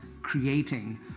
creating